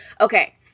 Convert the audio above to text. Okay